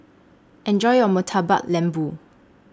Enjoy your Murtabak Lembu